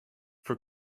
for